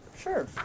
Sure